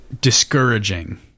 discouraging